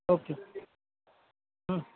okay